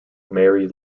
marry